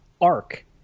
arc